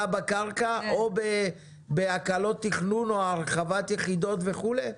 בקרקע או בהקלות תכנון או בהרחבת יחידות וכולי?